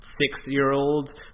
six-year-olds